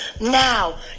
now